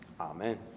Amen